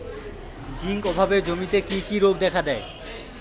Zinc অভাবে জমিতে কি কি রোগ দেখাদেয়?